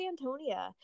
Antonia